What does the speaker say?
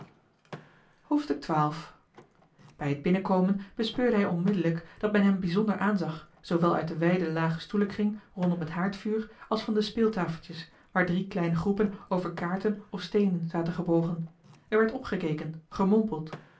bij het binnenkomen bespeurde hij onmiddellijk dat men hem bijzonder aanzag zoowel uit den wijden lage stoelenkring rondom het haardvuur als van de speeltafeltjes waar drie kleine groepen over kaarten of steenen zaten gebogen er werd opgekeken